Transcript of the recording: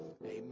Amen